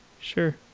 sure